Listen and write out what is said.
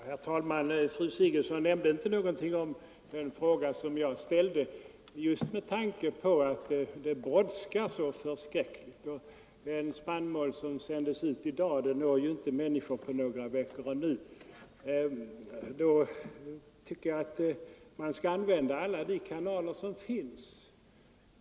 Herr talman! Fru Sigurdsen sade inte någonting om den fråga som jag ställde just med tanke på att det brådskar så förskräckligt. Den spannmål som sänds ut i dag når ju inte dessa människor ännu på några veckor. Jag tycker alltså att man skall använda alla de kanaler som man har tillgång till.